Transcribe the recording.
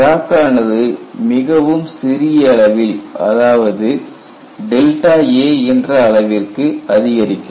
crack ஆனது மிகவும் சிறிய அளவில் அதாவது a என்ற அளவிற்கு அதிகரிக்கும்